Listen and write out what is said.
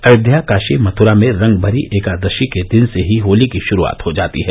अयोध्या काशी मथुरा में रंगभरी एकादशी के दिन से ही होली की शुरूआत हो जाती है